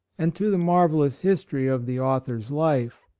and to the marvellous history of the author's life.